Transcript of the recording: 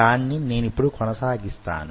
దాన్ని నేనిప్పుడు కొనసాగిస్తాను